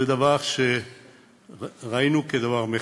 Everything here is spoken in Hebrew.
זה דבר שראינו כדבר מרכזי.